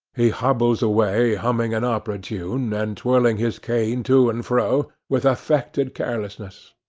he hobbles away humming an opera tune, and twirling his cane to and fro, with affected carelessness.